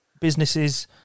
businesses